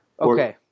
Okay